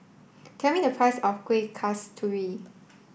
tell me the price of Kueh Kasturi